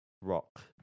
rock